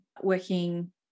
working